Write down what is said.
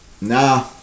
nah